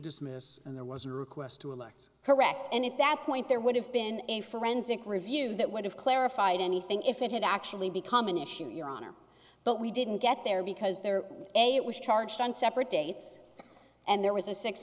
dismiss and there was a request to elect correct and at that point there would have been a forensic review that would have clarified anything if it had actually become an issue your honor but we didn't get there because there are a it was charged on separate dates and there was a six